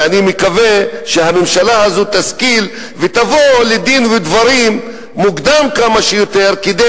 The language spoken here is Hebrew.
ואני מקווה שהממשלה הזו תשכיל ותבוא בדין ודברים מוקדם כמה שיותר כדי